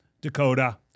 Dakota